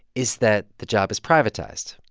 is that the job is privatized.